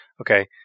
Okay